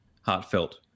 heartfelt